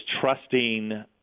trusting